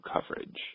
coverage